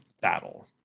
battle